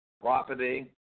property